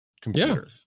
computer